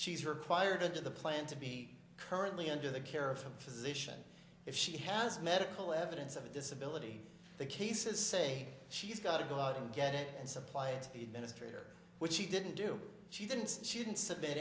she's required to the plan to be currently under the care of a physician if she has medical evidence of a disability the cases say she's got to go out and get it and supplied the minister which she didn't do she didn't she didn't submit